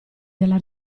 della